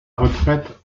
retraite